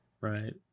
right